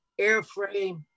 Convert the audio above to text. airframe